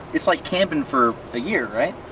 it's like camping for a year right?